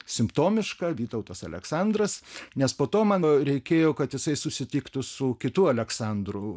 simptomiška vytautas aleksandras nes po to mano reikėjo kad jisai susitiktų su kitų aleksandru